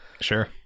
sure